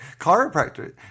chiropractor